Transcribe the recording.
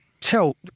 tell